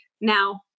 Now